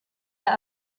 der